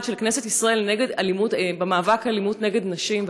של כנסת ישראל למאבק באלימות נגד נשים,